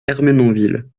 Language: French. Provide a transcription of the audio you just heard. ermenonville